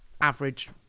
average